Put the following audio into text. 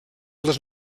les